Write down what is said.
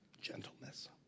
gentleness